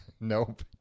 Nope